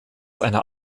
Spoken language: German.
einer